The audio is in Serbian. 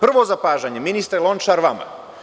Prvo zapažanje, ministre Lončar, vama.